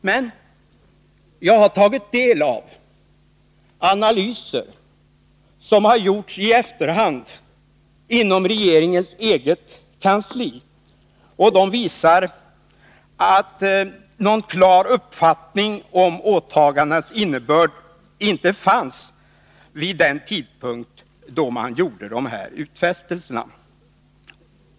Men jag har tagit del av analyser som har gjorts i efterhand inom regeringens eget kansli, och de visar att någon klar uppfattning om åtagandenas innebörd inte fanns vid den tidpunkt då man gjorde de här utfästelserna.